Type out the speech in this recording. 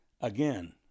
Again